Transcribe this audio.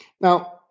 Now